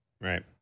Right